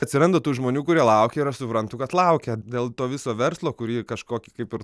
atsiranda tų žmonių kurie laukia ir aš suprantu kad laukia dėl to viso verslo kurį kažkokį kaip ir